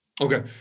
okay